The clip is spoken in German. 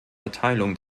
erteilung